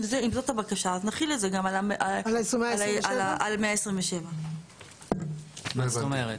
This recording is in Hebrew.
אם זאת הבקשה אז נחיל את זה גם על 127. מה זאת אומרת?